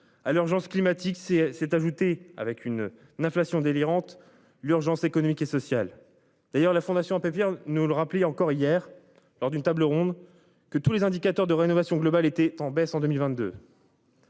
à l'urgence climatique c'est c'est ajouter avec une inflation délirante. L'urgence économique et sociale. D'ailleurs, la Fondation Abbé Pierre nous le rappeler encore hier lors d'une table ronde, que tous les indicateurs de rénovation globale était en baisse en 2022.